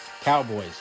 Cowboys